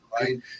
right